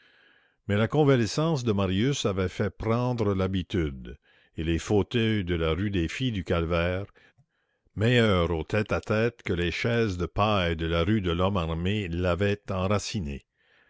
mais la convalescence de marius avait fait prendre l'habitude et les fauteuils de la rue des filles du calvaire meilleurs aux tête-à-tête que les chaises de paille de la rue de lhomme armé l'avaient enracinée